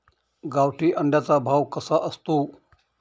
गावठी अंड्याचा भाव कसा असतो?